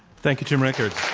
thank you, jim rickards.